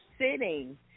sitting